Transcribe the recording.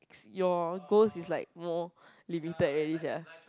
your goals is like more limited already sia